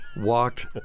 walked